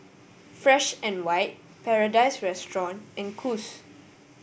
Fresh and White Paradise Restaurant and Kose